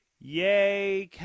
Yay